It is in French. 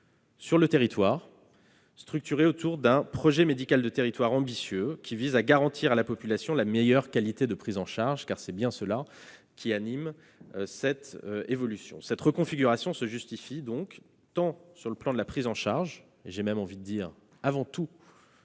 sur le territoire, structurée autour d'un projet médical ambitieux qui vise à garantir à la population la meilleure qualité de prise en charge, car c'est bien cela qui anime cette évolution. Cette reconfiguration se justifie donc avant tout par des raisons de prise en charge, mais nous ne pouvons pas